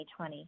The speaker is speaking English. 2020